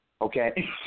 okay